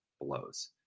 blows